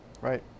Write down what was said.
right